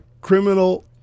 criminal